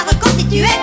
reconstituer